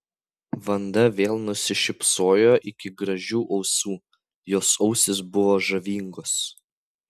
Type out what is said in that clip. vanda vėl nusišypsojo iki gražių ausų jos ausys buvo žavingos